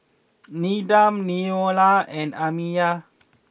Needham Neola and Amiyah